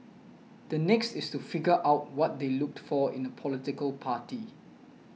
the next is to figure out what they looked for in a political party